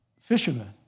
fishermen